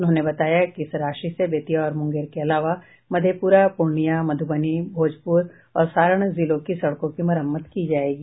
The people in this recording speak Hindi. उन्होंने बताया कि इस राशि से बेतिया और मुंगेर के अलावा मधेपुरा पूर्णिया मधुबनी भोजपुर और सारण जिलों की सड़कों की मरम्मत की जायेगी